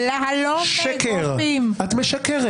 את משקרת.